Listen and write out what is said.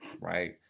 right